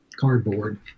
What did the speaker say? cardboard